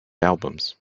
albums